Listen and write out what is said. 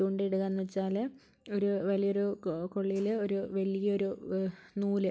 ചൂണ്ട ഇടുകാന്ന് വെച്ചാൽ ഒരു വലിയൊരു കൊ കൊള്ളിൽ ഒരു വലിയൊരു നൂല്